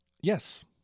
Yes